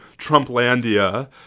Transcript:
Trumplandia